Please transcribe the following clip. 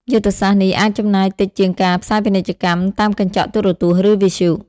យុទ្ធសាស្ត្រនេះអាចចំណាយតិចជាងការផ្សាយពាណិជ្ជកម្មតាមកញ្ចក់ទូរទស្សន៍ ឬវិទ្យុ។